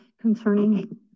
concerning